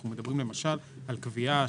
אנחנו מדברים למשל על קביעה,